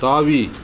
தாவி